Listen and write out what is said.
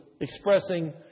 expressing